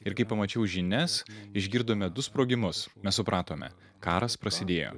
ir kai pamačiau žinias išgirdome du sprogimus mes supratome karas prasidėjo